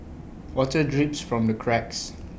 water drips from the cracks